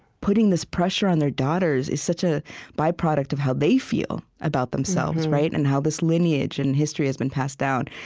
putting this pressure on their daughters is such a by-product of how they feel about themselves and how this lineage and history has been passed down.